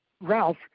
Ralph